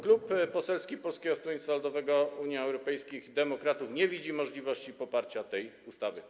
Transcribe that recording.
Klub Poselski Polskiego Stronnictwa Ludowego - Unii Europejskich Demokratów nie widzi możliwości poparcia tej ustawy.